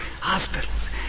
hospitals